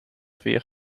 vier